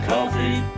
Coffee